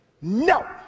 No